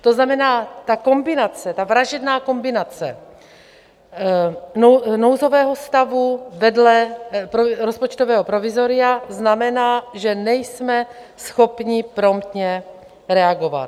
To znamená, ta kombinace, vražedná kombinace nouzového stavu vedle rozpočtového provizoria znamená, že nejsme schopni promptně reagovat.